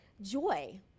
joy